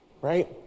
right